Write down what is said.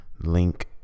link